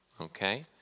okay